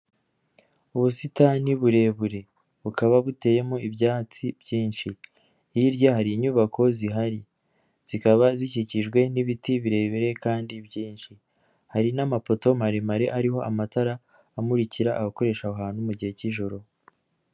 Ubusitani burebure bukaba buteyemo ibyatsi byinshi, hirya hari inyubako zihari zikaba zikikijwe n'ibiti birebire kandi byinshi, hari n'amapoto maremare ariho amatara amurikira abakoresha aho hantu mu gihe cy'ijoro.